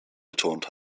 betont